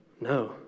No